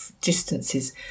distances